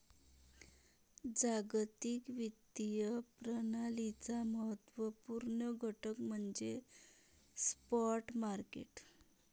जागतिक वित्तीय प्रणालीचा महत्त्व पूर्ण घटक म्हणजे स्पॉट मार्केट